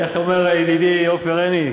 איך אומר ידידי עופר עיני,